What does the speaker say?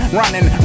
running